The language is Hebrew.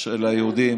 של היהודים